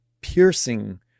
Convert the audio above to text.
piercing